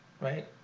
right